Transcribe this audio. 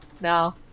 no